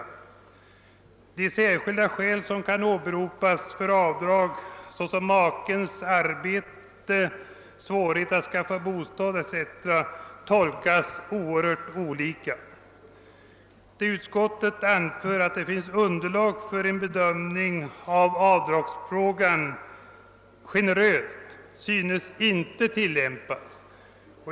Bestämmelserna om de särskilda skäl som kan åberopas för avdrag såsom makes arbete, svårighet att skaffa bostad etc. tolkas mycket olika. Utskottet anför att det finns underlag för en generös bedömning i avdragsfrågan, men det synes inte tillämpas.